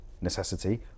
necessity